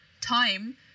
time